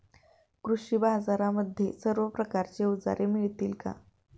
कृषी बाजारांमध्ये सर्व प्रकारची अवजारे मिळतील का?